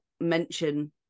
mention